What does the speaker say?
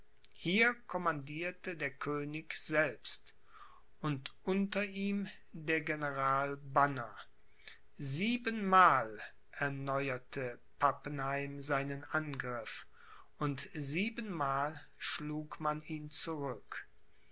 hier commandierte der könig selbst und unter ihm der general banner siebenmal erneuerte pappenheim seinen angriff und siebenmal schlug man ihn zurück